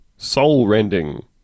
Soul-rending